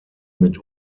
mit